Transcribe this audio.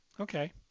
Okay